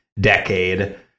decade